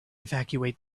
evacuate